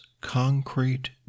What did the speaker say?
concrete